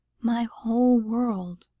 my whole world.